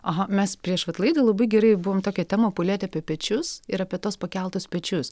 aha mes prieš vat laidą labai gerai buvom tokią temą palietę apie pečius ir apie tuos pakeltus pečius